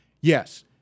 Yes